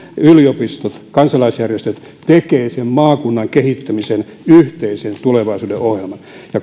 yliopistot kansalaisjärjestöt tekevät sen maakunnan kehittämisen yhteisen tulevaisuuden ohjelman